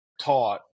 taught